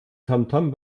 tamtam